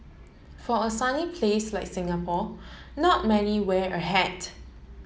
for a sunny place like Singapore not many wear a hat